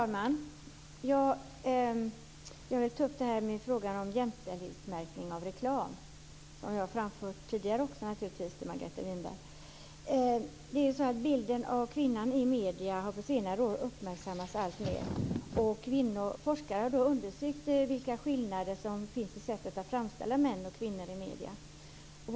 Herr talman! Jag vill ta upp frågan om jämställdhetsmärkning av reklam, som jag också tidigare har tagit upp med Margareta Winberg. Bilden av kvinnan i medierna har på senare år uppmärksammats alltmer. Forskare har understrukit de skillnader som finns i sättet att framställa kvinnor och män i medierna.